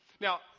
Now